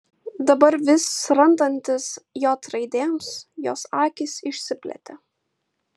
dabar vis randantis j raidėms jos akys išsiplėtė